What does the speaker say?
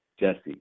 Jesse